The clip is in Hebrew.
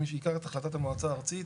מי שייקח את החלטת המועצה הארצית,